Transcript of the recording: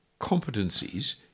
competencies